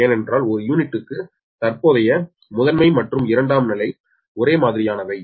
ஏனென்றால் ஒரு யூனிட்டுக்கு தற்போதைய முதன்மை மற்றும் இரண்டாம் நிலை இரண்டும் ஒரே மாதிரியானவை